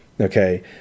okay